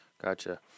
gotcha